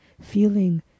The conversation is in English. feeling